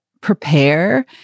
prepare